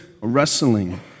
wrestling